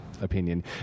opinion